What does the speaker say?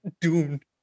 doomed